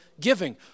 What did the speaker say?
giving